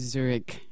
Zurich